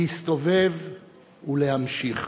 להסתובב ולהמשיך".